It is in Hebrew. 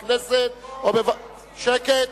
שקט.